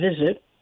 visit